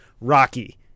Rocky